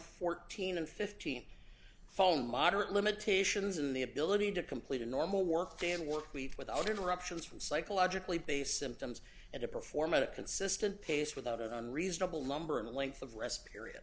fourteen and fifteen phone moderate limitations in the ability to complete a normal work and work week without interruptions from psychologically based symptoms and to perform at a consistent pace without unreasonable number and length of rest period